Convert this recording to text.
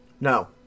no